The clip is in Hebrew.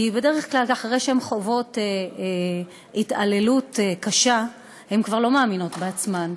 כי בדרך כלל אחרי שהן חוות התעללות קשה הן כבר לא מאמינות בעצמן,